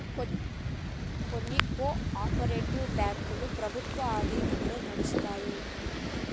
కొన్ని cooperative బ్యాంకులు ప్రభుత్వం ఆధీనంలో నడుత్తాయి